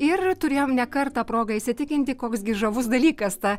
ir turėjom ne kartą progą įsitikinti koks gi žavus dalykas ta